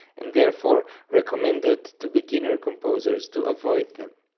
and therefore recommended to beginner composers to avoid them.